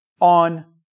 on